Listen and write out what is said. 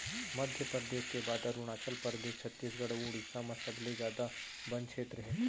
मध्यपरेदस के बाद अरूनाचल परदेस, छत्तीसगढ़ अउ उड़ीसा म सबले जादा बन छेत्र हे